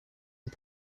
and